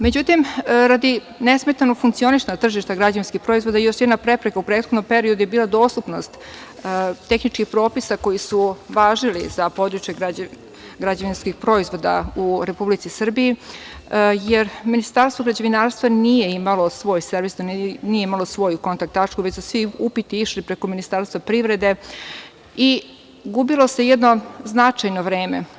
Međutim, radi nesmetanog funkcionisanja tržišta građevinskih proizvoda, još jedna prepreka u prethodnom periodu je bila dostupnost tehničkih propisa koji su važili za područje građevinskih proizvoda u Republici Srbiji, jer Ministarstvo građevinarstva nije imalo svoju kontakt tačku, već su svi upiti išli preko Ministarstva privrede i gubilo se jedno značajno vreme.